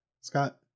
Scott